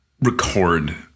record